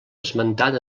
esmentat